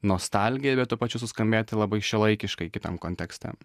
nostalgiją bet tuo pačiu suskambėti labai šiuolaikiškai kitam kontekste